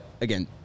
again